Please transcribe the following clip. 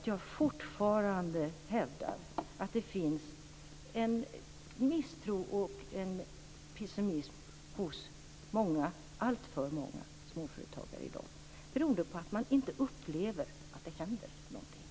Jag vidhåller att det finns en misstro och pessimism hos många - alltför många - småföretagare i dag, beroende på att man inte upplever att det händer någonting.